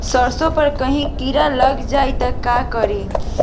सरसो पर राही किरा लाग जाई त का करी?